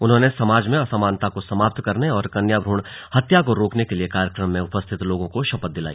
उन्होंने समाज में असामना को समाप्त करने और कन्या भ्रूण हत्या को रोकने के लिए कार्यक्रम में उपस्थित लोगों को शपथ दिलाई